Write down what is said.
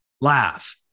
laugh